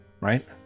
right